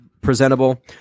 presentable